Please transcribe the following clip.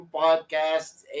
podcasts